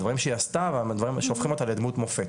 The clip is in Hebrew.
דברים שהיא עשתה והדברים שהפכו אותה לדמות מופת,